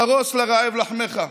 פרוס לרעב לחמך.